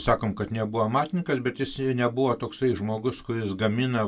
sakom kad nebuvo amatininkas bet jis ir nebuvo toksai žmogus kuris gamina